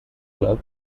club